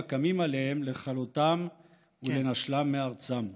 הקמים עליהם לכלותם ולנשלם מארצם.